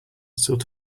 sort